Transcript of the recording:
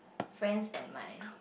friends and my